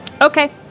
Okay